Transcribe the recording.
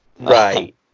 Right